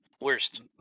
Worst